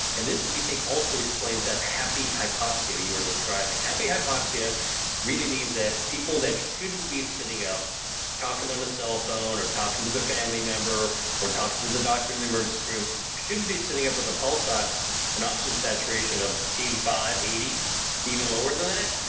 and this, we think also explains that happy hypoxia you are describing happy hypoxia really means that people that shouldn't be sitting up talking on a cell phone or talking to the family member or talking to the doctor in the emergency room shouldn't be sitting up with the pulse, an oxygen saturation of eighty five, eighty even lower than that,